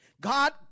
God